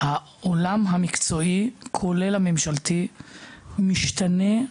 העולם המקצועי, כולל הממשלתי, השתנה,